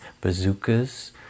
bazookas